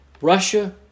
Russia